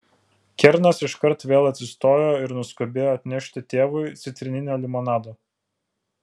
kernas iškart vėl atsistojo ir nuskubėjo atnešti tėvui citrininio limonado